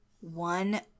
One